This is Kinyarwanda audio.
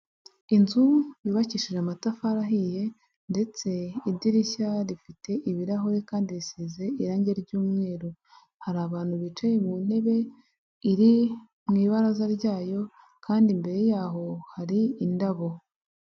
Inzu yubakishije amatafari ahiye ndetse idirishya rifite ibirahure kandi risize irangi ry'umweru, hari abantu bicaye mu ntebe iri mu ibaraza ryayo kandi imbere yaho hari indabo.